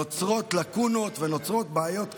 נוצרות לקונות ובעיות קשות,